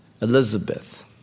Elizabeth